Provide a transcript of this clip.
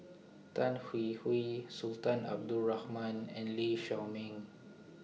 Tan Hwee Hwee Sultan Abdul Rahman and Lee Shao Meng